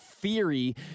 theory